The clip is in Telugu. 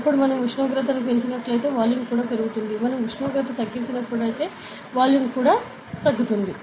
అప్పుడు మనం ఉష్ణోగ్రత పెంచినప్పుడు వాల్యూమ్ కూడా పెరుగుతుంది మనం ఉష్ణోగ్రత తగ్గించినప్పుడు వాల్యూమ్ తగ్గుతుంది